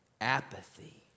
apathy